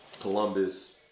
Columbus